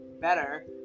better